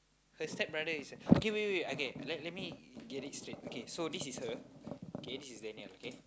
her stepbrother is okay wait wait wait okay let let me get it straight okay so this is her okay this is Daniel okay